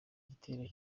igitero